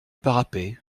parapet